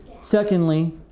Secondly